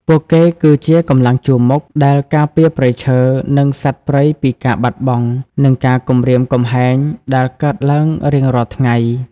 ពួកគេគឺជា កម្លាំងជួរមុខ ដែលការពារព្រៃឈើ និងសត្វព្រៃពីការបាត់បង់ និងការគំរាមកំហែងដែលកើតឡើងរៀងរាល់ថ្ងៃ។